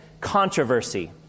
controversy